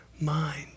mind